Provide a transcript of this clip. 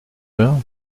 heure